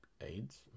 AIDS